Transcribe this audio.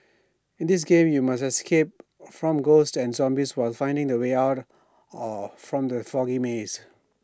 in this game you must escape from ghosts and zombies while finding the way out or from the foggy maze